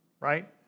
right